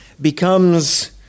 becomes